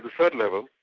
third level,